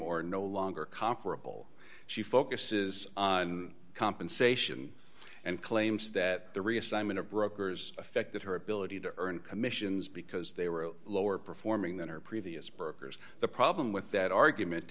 or no longer comparable she focuses on compensation and claims that the reassignment of brokers affected her ability to earn commissions because they were lower performing than her previous brokers the problem with that argument